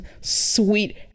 sweet